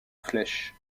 flèches